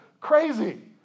crazy